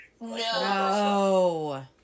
No